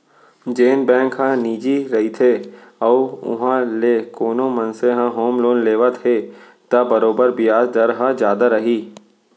जेन बेंक ह निजी रइथे अउ उहॉं ले कोनो मनसे ह होम लोन लेवत हे त बरोबर बियाज दर ह जादा रही